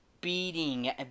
beating